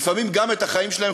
לפעמים גם את החיים שלהם,